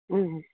अँ